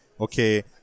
okay